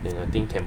then I think